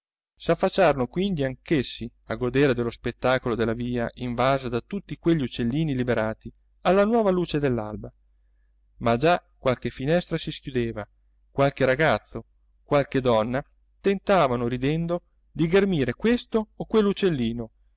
libertà s'affacciarono quindi anch'essi a godere dello spettacolo della via invasa da tutti quegli uccellini liberati alla nuova luce dell'alba ma già qualche finestra si schiudeva qualche ragazzo qualche donna tentavano ridendo di ghermire questo o